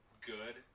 good